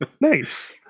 Nice